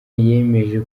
yemeje